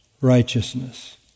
righteousness